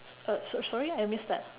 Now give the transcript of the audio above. uh so~ sorry I missed that